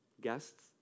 guests